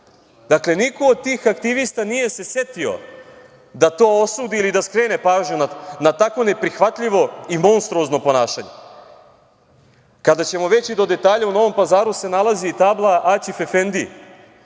kuća.“Dakle, niko od tih aktivista nije se setio da to osudi ili da skrene pažnju na takvu neprihvatljivo i monstruozno ponašanje. Kada ćemo već i do detalja, u Novom Pazaru se nalazi tabla Aćif Efendiji,